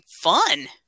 fun